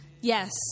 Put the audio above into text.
Yes